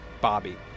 Bobby